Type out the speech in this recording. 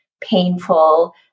painful